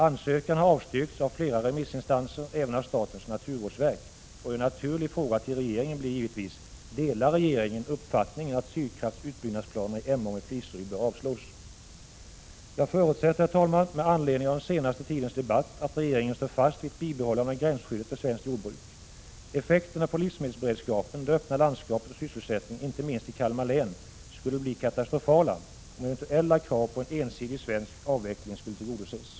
Ansökan har avstyrkts av flera remissinstanser — även av statens naturvårdsverk. Min fråga till regeringen blir därför: Delar regeringen uppfattningen att Sydkrafts utbyggnadsplaner i Emån vid Fliseryd bör avslås? Herr talman! Med anledning av den senaste tidens debatt förutsätter jag att regeringen står fast vid ett bibehållande av gränsskyddet för svenskt jordbruk. Effekterna på livsmedelsberedskapen, det öppna landskapet och sysselsättningen — inte minst i Kalmar län — skulle bli katastrofala om eventuella krav på en ensidig svensk avveckling skulle tillgodoses.